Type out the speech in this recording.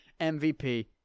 MVP